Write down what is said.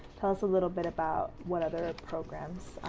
tell us a little bit about what other programs,